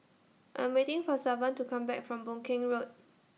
I'm waiting For Savon to Come Back from Boon Keng Road